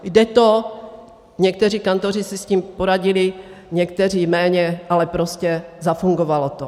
Jde to, někteří kantoři si s tím poradili, někteří méně, ale prostě zafungovalo to.